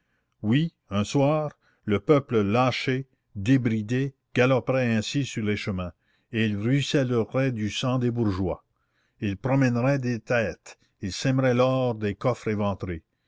oui un soir le peuple lâché débridé galoperait ainsi sur les chemins et il ruissellerait du sang des bourgeois il promènerait des têtes il sèmerait l'or des coffres éventrés